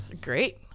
great